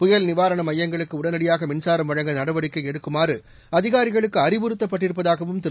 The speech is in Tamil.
புயல் நிவாரணமையங்களுக்குஉடனடியாகமின்சாரம் வழங்க நடவடிக்கைஎடுக்குமாறுஅதிகாரிகளுக்குஅறிவுறுத்தப்பட்டிருப்பதாகவும் திரு